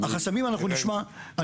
החסמים אנחנו נשמע.